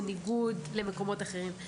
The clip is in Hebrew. בניגוד למקומות אחרים,